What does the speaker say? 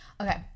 Okay